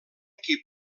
qui